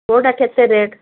କେଉଁଟା କେତେ ରେଟ୍